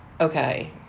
Okay